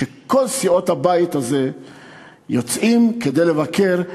שמכל סיעות הבית הזה יוצאים כדי לבקר,